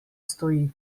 stoji